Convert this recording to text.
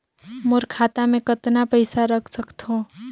मोर खाता मे मै कतना पइसा रख सख्तो?